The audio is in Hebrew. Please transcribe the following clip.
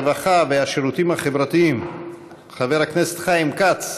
הרווחה והשירותים החברתיים חבר הכנסת חיים כץ